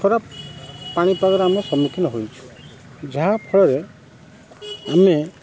ଖରାପ ପାଣିପାଗର ଆମେ ସମ୍ମୁଖିନ ହୋଇଛୁ ଯାହାଫଳରେ ଆମେ